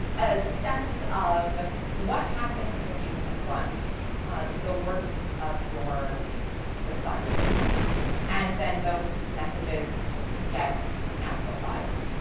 a sense of what happens when you confront the worst of your society and then those messages get amplified.